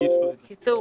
בקיצור,